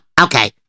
okay